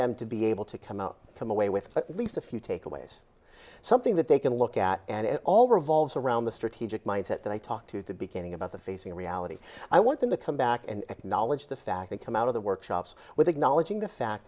them to be able to come out to my way with at least a few takeaways something that they can look at and it all revolves around the strategic mindset that i talked to at the beginning about the facing reality i want them to come back and knowledge the fact they come out of the workshops with acknowledging the fact